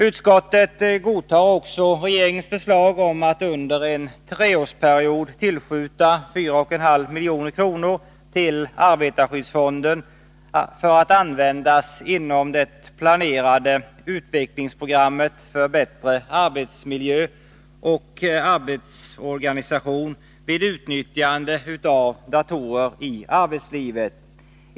Utskottet godtar även regeringens förslag om att under en treårsperiod tillskjuta 4,5 milj.kr. till arbetarskyddsfonden för att användas inom det planerade utvecklingsprogrammet för bättre arbetsmiljö och arbetsorganisation vid utnyttjande av datorer i arbetslivet.